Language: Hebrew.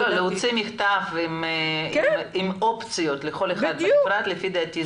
להוציא מכתב לכל אחד בנפרד עם אופציות.